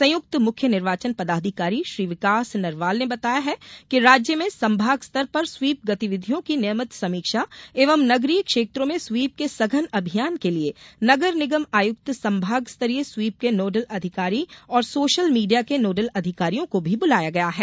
संयुक्त मुख्य निर्वाचन पदाधिकारी श्री विकास नरवाल ने बताया है कि राज्य में संभाग स्तर पर स्वीप गतिविधियों की नियमित समीक्षा एवं नगरीय क्षेत्रों में स्वीप के सघन अभियान के लिये नगर निगम आयुक्त संभाग स्तरीय स्वीप के नोडल अधिकारी और सोशल मीडिया के नोडल अधिकारियों को भी बुलाया गया है